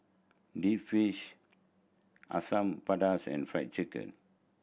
deep fish Asam Pedas and Fried Chicken